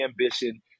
ambition